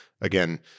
Again